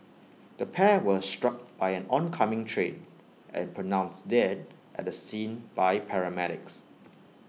the pair were struck by an oncoming train and pronounced dead at the scene by paramedics